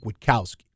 Witkowski